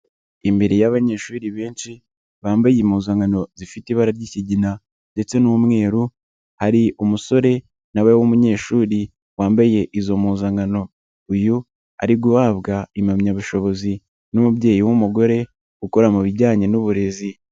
Imbere y'abanyeshuri benshi bambaye impuzankano zifite ibara ry'ikigina ndetse n'umweru hari umusore na we w'umunyeshuri wambaye izo mpuzankano, uyu ari guhabwa impamyabushobozi n'umubyeyi w'umugore ukora mu bijyanye n'uburezi.